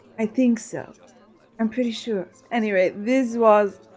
i think so i'm pretty sure. anyway this was